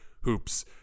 hoops